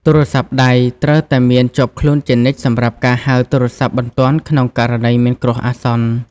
ទូរស័ព្ទដៃ ត្រូវតែមានជាប់ខ្លួនជានិច្ចសម្រាប់ការហៅទូរស័ព្ទបន្ទាន់ក្នុងករណីមានគ្រោះអាសន្ន។